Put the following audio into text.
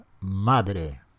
Madre